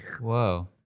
Whoa